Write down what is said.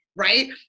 Right